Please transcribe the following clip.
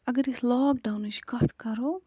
اَگر أسۍ لاکڈونٕچ کَتھ کرو